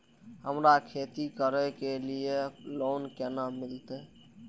हमरा खेती करे के लिए लोन केना मिलते?